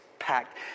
packed